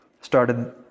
started